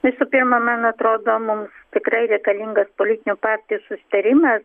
visų pirma man atrodo mums tikrai reikalingas politinių partijų susitarimas